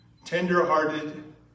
Tender-hearted